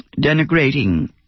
Denigrating